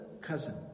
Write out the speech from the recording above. cousin